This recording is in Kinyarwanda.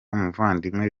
muvandimwe